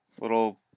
little